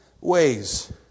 ways